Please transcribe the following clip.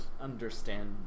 understand